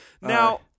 Now